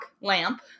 lamp